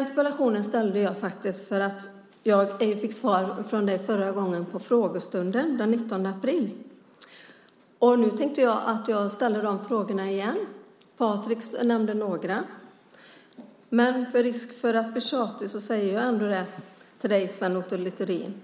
Jag ställde faktiskt min interpellation därför att jag på frågestunden den 19 april inte fick något svar från dig. Därför tänker jag ställa frågorna igen. Patrik tog upp några. Med risk för att bli tjatig frågar jag dig, Sven Otto Littorin: